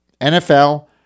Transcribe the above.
NFL